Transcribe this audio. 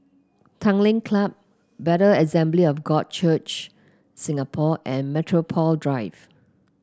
Tanglin Club Bethel Assembly of God Church Singapore and Metropole Drive